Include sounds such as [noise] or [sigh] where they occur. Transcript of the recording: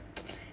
[noise]